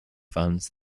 funds